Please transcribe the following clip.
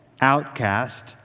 outcast